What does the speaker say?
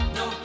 no